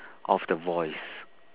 of the voice